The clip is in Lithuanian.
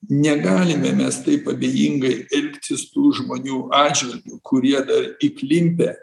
negalime mes taip abejingai elgtis tų žmonių atžvilgiu kurie dar įklimpę